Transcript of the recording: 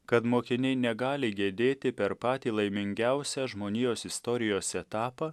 kad mokiniai negali gedėti per patį laimingiausią žmonijos istorijos etapą